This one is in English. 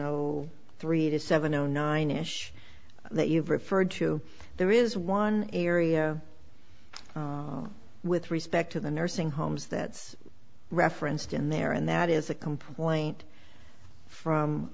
o three to seven o nine ish that you've referred to there is one area with respect to the nursing homes that's referenced in there and that is a complaint from